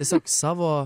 tiesiog savo